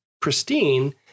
pristine